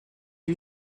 you